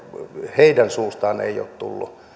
heidän suustaan ole tullut